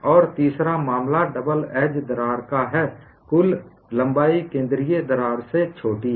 और तीसरा मामला डबल एज दरार है कुल लंबाई केंद्रीय दरार से छोटी है